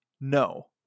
no